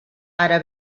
ara